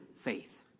faith